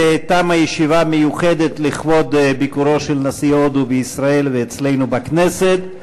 תמה הישיבה המיוחדת לכבוד ביקורו של נשיא הודו בישראל ואצלנו בכנסת.